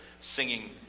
singing